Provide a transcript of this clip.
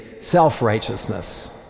self-righteousness